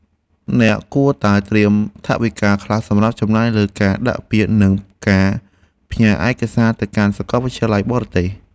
អ្នកគួរតែត្រៀមថវិកាខ្លះសម្រាប់ចំណាយលើការដាក់ពាក្យនិងការផ្ញើឯកសារទៅកាន់សាកលវិទ្យាល័យបរទេស។